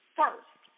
first